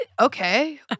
Okay